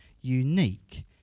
unique